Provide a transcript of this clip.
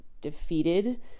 defeated